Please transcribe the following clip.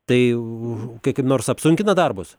tai kiek nors apsunkina darbus